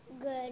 Good